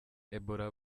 ebola